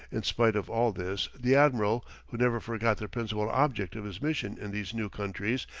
in spite of all this, the admiral, who never forgot the principal object of his mission in these new countries,